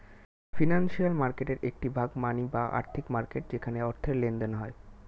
financial মার্কেটের একটি ভাগ মানি বা আর্থিক মার্কেট যেখানে অর্থের লেনদেন হয়